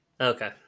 Okay